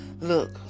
Look